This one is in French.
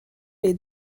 les